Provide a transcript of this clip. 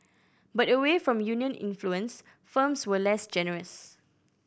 but away from union influence firms were less generous